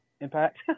impact